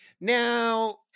Now